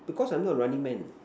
because I am not running man